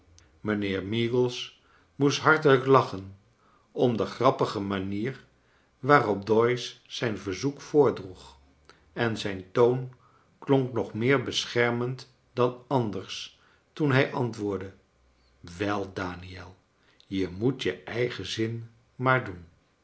mijnheer meagles moest hartelijk lachen om de grappige manier waarop doyce zijn verzoek voordroeg en zijn toon klonk nog meer beschermend dan anders toen hij antwoordde wel daniel je moot je eigen zin maar doen